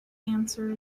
answer